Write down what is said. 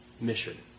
mission